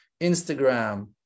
Instagram